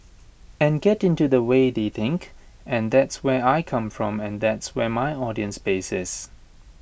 and get into the way they think and that's where I come from and that's where my audience base is